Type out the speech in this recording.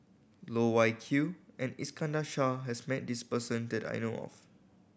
Loh Wai Kiew and Iskandar Shah has met this person that I know of